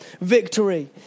victory